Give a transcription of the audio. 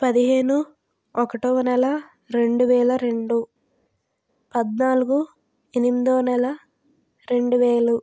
పదిహేను ఒకటొవ నెల రెండువేల రెండు పద్నాలుగు ఎనిమిదోనెల రెండువేలు